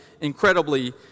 incredibly